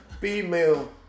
Female